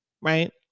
Right